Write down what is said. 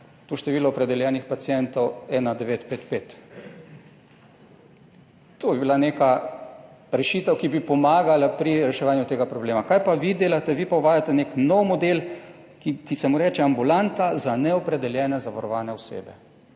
to število opredeljenih pacientov 1955. To bi bila neka rešitev, ki bi pomagala pri reševanju tega problema. Kaj pa vi delate? Vi pa uvajate nek nov model, ki se mu reče ambulanta za neopredeljene zavarovane osebe.